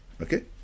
Okay